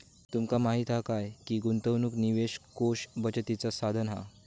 तुमका माहीत हा काय की गुंतवणूक निवेश कोष बचतीचा साधन हा